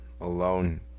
alone